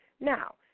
Now